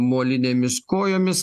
molinėmis kojomis